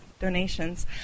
donations